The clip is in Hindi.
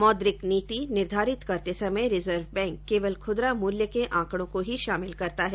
मौद्रिक नीति निर्घारित करते समय रिजर्व बैंक केवल खुदरा मूल्य के आंकड़ों को ही शामिल करता है